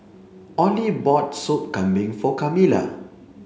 Olie bought Sop Kambing for Camila